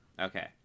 okay